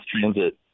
transit